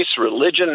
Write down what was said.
religion